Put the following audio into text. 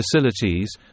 Facilities